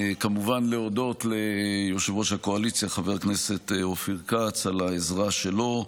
כמובן להודות ליושב-ראש הקואליציה חבר הכנסת אופיר כץ על העזרה שלו,